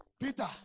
Peter